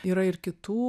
yra ir kitų